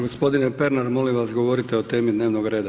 Gospodine Pernar, molim vas govorite o temi dnevnog reda.